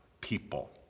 people